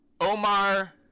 Omar